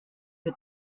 mit